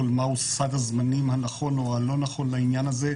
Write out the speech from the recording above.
ומהו סד הזמנים הנכון או הלא-נכון לעניין הזה.